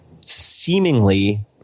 seemingly